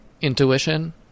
intuition